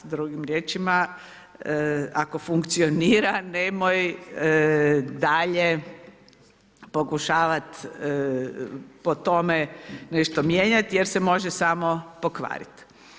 Drugim riječima ako funkcionira nemoj dalje pokušavat po tome nešto mijenjat jer se može samo pokvarit.